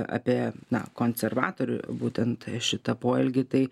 apie na konservatorių būtent šitą poelgį tai